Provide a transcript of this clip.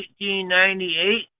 1898